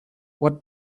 what